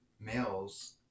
males